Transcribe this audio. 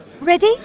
Ready